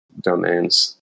domains